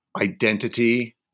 identity